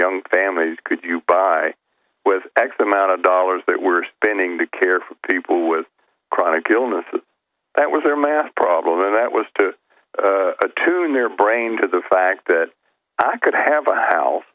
young families could you buy with x amount of dollars that we're spending to care for people with chronic illness that that was their math problem and that was to tune their brain to the fact that i could have a house